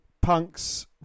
Punk's